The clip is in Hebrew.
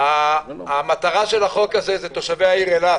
החוק הזה היא תושבי העיר אילת.